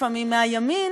לפעמים, מהימין,